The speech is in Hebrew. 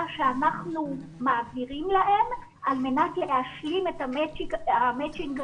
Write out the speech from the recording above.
שאנחנו מעבירים להם על מנת להשלים את המצ'ינג הנדרש.